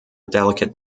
delicate